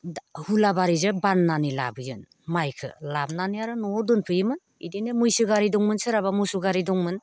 हुलाबारिजों बाननानै लाबोयोमोन माइखौ लाबोनानै आरो न'आव दोनफैयोमोन बिदिनो मैसो गारि दंमोन सोरहाबा मोसौ गारि दंमोन